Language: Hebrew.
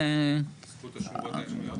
בזכות השמורות הימיות.